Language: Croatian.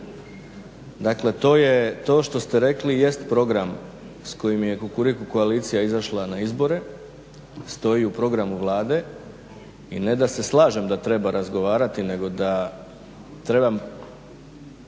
Dakle to što ste rekli jest program s kojim je Kukuriku koalicija izašla na izbore, stoji u programu Vlade i ne da se slažem da treba razgovarati nego potičem